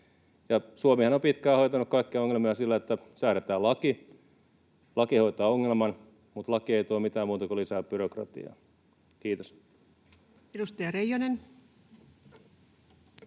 Suomihan on pitkään hoitanut kaikkia ongelmia sillä, että säädetään laki. Laki hoitaa ongelman, mutta laki ei tuo mitään muuta kuin lisää byrokratiaa. — Kiitos. [Speech